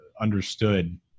understood